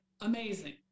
amazing